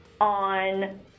on